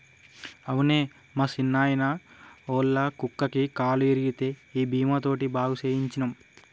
అవునే మా సిన్నాయిన, ఒళ్ళ కుక్కకి కాలు ఇరిగితే ఈ బీమా తోటి బాగు సేయించ్చినం